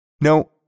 No